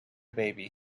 baby